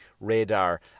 radar